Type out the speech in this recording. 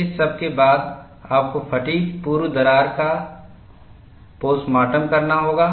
इस सब के बाद आपको फ़ैटिग् पूर्व दरार का पोस्टमॉर्टम करना होगा